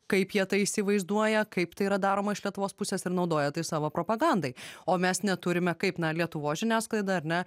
kaip jie tai įsivaizduoja kaip tai yra daroma iš lietuvos pusės ir naudoja tai savo propagandai o mes neturime kaip lietuvos žiniasklaida ar ne